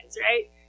right